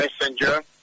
messenger